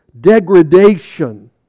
degradation